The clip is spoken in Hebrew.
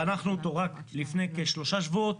חנכנו אותו רק לפני כשלושה שבועות.